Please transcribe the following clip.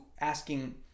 asking